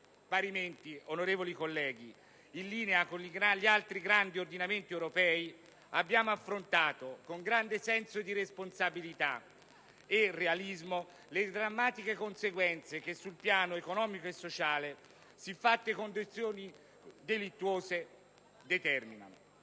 Parimenti, onorevoli colleghi, in linea con gli altri grandi ordinamenti europei abbiamo affrontato con grande senso di responsabilità e realismo le drammatiche conseguenze che sul piano economico e sociale siffatte condizioni delittuose determinano;